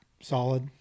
solid